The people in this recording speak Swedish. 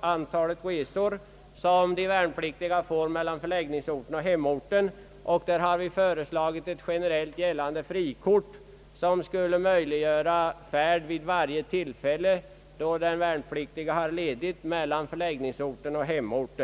antal hemresor som de värnpliktiga får göra mellan förläggningsorten och hemorten. Vi har där föreslagit ett generellt gällande frikort, som skulle möjliggöra färd mellan förläggningsorten och hemorten vid varje tillfälle då den värnpliktige har ledigt.